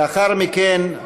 לאחר מכן,